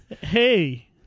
Hey